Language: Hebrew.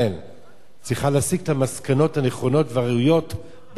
צריכה להסיק את המסקנות הנכונות והראויות בנושא הזה,